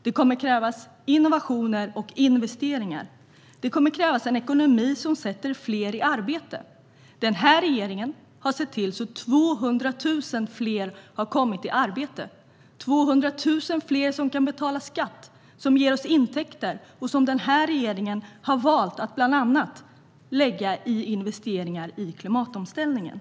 Det kommer att krävas innovationer och investeringar. Det kommer att krävas en ekonomi som sätter fler i arbete. Den här regeringen har sett till att 200 000 fler har kommit i arbete - 200 000 fler som kan betala skatt, vilket ger oss intäkter som den här regeringen har valt att bland annat investera i klimatomställningen.